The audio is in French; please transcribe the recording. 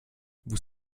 vous